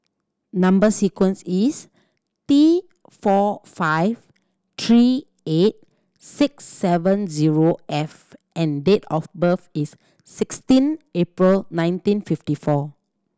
number sequence is T four five three eight six seven zero F and date of birth is sixteen April nineteen fifty four